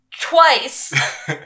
twice